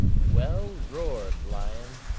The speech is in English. well roar'd, lion.